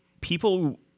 people